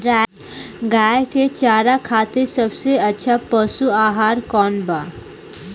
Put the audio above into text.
गाय के चारा खातिर सबसे अच्छा पशु आहार कौन बा?